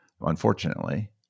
unfortunately